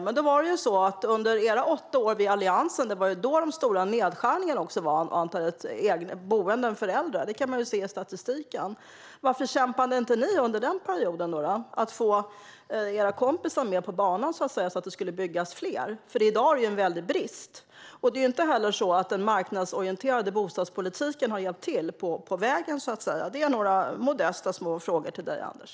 Men det var ju under era åtta år i Alliansen som de stora nedskärningarna gjordes i antalet boenden för äldre. Det kan vi se i statistiken. Varför kämpade inte ni under den perioden för att få era kompisar med på banan för att det skulle byggas fler? I dag är det ju en väldig brist. Och det är inte heller så att den marknadsorienterade bostadspolitiken har hjälpt till på vägen. Detta är några modesta små frågor till dig, Anders.